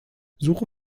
suche